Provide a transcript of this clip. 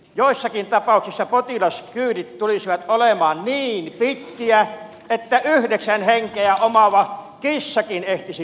joissakin tapauksissa potilaskyydit tulisivat olemaan niin pitkiä että yhdeksän henkeä omaava kissakin ehtisi kuolla matkalla